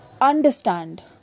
understand